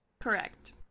Correct